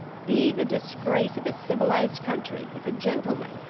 be the disgrace of a civilized country, if a gentleman,